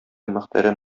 мөхтәрәм